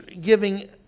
giving